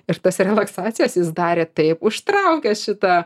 ir tas relaksacijas jis darė taip užtraukęs šitą